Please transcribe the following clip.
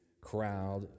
crowd